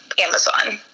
Amazon